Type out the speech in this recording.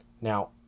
Now